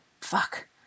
Fuck